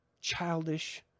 childish